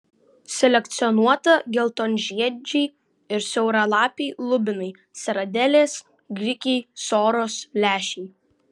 selekcionuota geltonžiedžiai ir siauralapiai lubinai seradėlės grikiai soros lęšiai